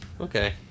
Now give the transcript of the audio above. Okay